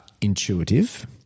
intuitive